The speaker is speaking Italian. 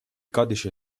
codice